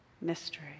mystery